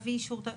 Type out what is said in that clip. תביא אישור.